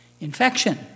infection